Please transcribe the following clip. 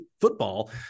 football